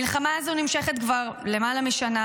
המלחמה הזו נמשכת כבר למעלה משנה,